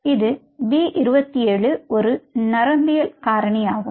இது பி 27 ஒரு நரம்பியல் காரணியாகும்